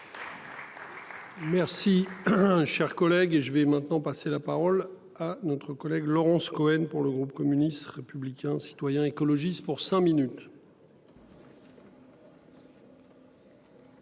hein. Chers collègues et je vais maintenant passer la parole à notre collègue Laurence Cohen pour le groupe communiste, républicain, citoyen et écologiste pour cinq minutes.